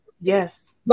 Yes